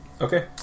Okay